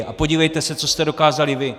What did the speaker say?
A podívejte se, co jste dokázali vy!